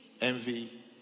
envy